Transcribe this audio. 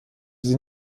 sie